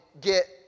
get